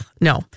no